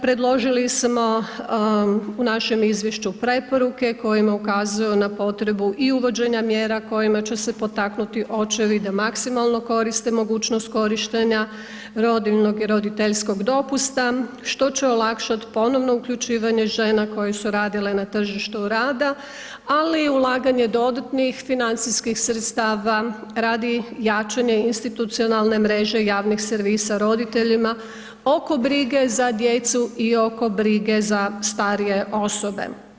Predložili smo u našem izvješću preporuke kojima ukazuju na potrebu i uvođenja mjera kojima će se potaknuti očevi da maksimalno koriste mogućnost korištenja rodiljnog i roditeljskog dopusta, što će olakšati ponovno uključivanje žena koje su radile na tržištu rada, ali i ulaganje dodatnih financijskih sredstava radi jačanje institucionalne mreže javnih servisa roditeljima oko brige za djecu i oko brige za starije osobe.